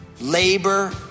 labor